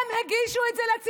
הם הגישו את זה לציבור.